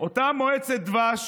אותה מועצת דבש